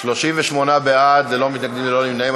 38 בעד, אין מתנגדים, אין נמנעים.